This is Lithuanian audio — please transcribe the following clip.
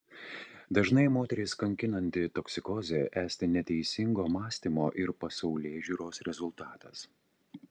dažnai moteris kankinanti toksikozė esti neteisingo mąstymo ir pasaulėžiūros rezultatas